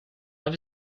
have